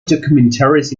documentaries